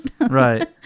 Right